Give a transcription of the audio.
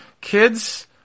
kids